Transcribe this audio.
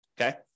Okay